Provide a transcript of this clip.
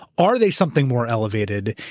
are they something more elevated?